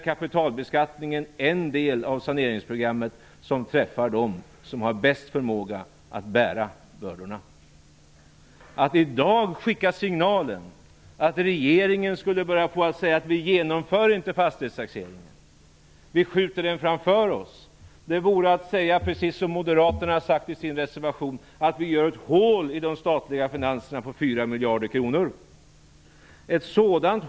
Kapitalbeskattningen är en del av saneringsprogrammet som träffar dem som har den bästa förmågan att bära bördorna. Att i dag ge signalen att regeringen skulle säga att man inte skall genomföra fastighetstaxeringen, att man skall skjuta den framåt, vore att säga precis som moderaterna säger i sin reservation, nämligen att vi gör ett hål på 4 miljarder kronor i de statliga finanserna.